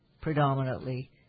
predominantly